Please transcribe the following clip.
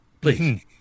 Please